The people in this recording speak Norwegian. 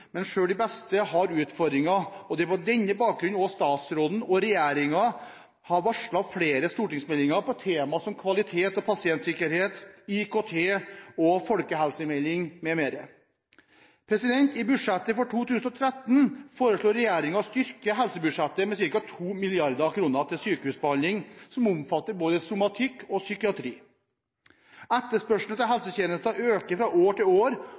men selv de beste har utfordringer, og det er på denne bakgrunn statsråden og regjeringen har varslet flere stortingsmeldinger på temaer som kvalitet, pasientsikkerhet, IKT og folkehelse m.m. I budsjettet for 2013 foreslår regjeringen å styrke helsebudsjettet med ca. 2 mrd. kr til sykehusbehandling som omfatter både somatikk og psykiatri. Etterspørselen etter helsetjenester øker fra år til år,